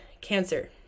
Cancer